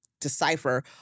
decipher